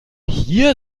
hier